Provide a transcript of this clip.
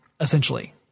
essentially